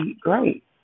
great